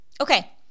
Okay